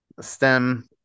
STEM